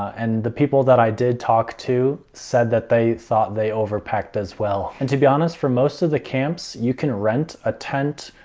and the people that i did talk to said that they thought they overpacked as well. and to be honest, for most of the camps, you can rent a tent,